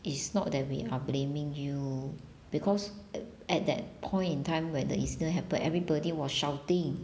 it's not that we are blaming you because at that point in time when the incident happened everybody was shouting